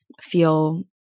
feel